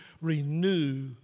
renew